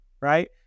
right